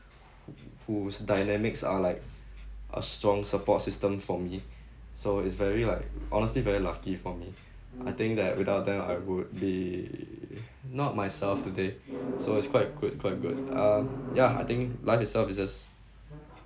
whose dynamics are like a strong support system for me so is very like honestly very lucky for me I think that without them I would be not myself today so it's quite good quite good uh ya I think life itself is just